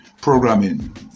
programming